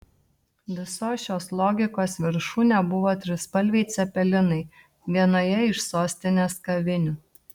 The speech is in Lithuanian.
visos šios logikos viršūnė buvo trispalviai cepelinai vienoje iš sostinės kavinių